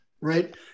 right